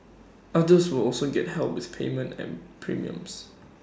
others will also get help with payment and premiums